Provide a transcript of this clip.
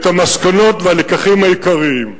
את המסקנות והלקחים העיקריים.